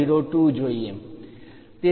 02 જોઈએ